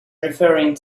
referring